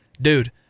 Dude